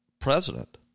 president